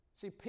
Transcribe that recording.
See